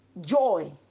joy